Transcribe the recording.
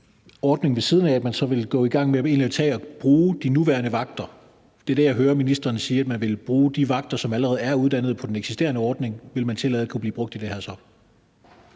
lave en ordning ved siden af vil gå i gang med egentlig at tage og bruge de nuværende vagter. Det er det, jeg hører ministeren sige: at man vil bruge de vagter, som allerede er uddannede på den eksisterende ordning. Vil man så tillade, at de kunne blive brugt i det her?